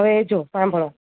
હવે જો સાંભળો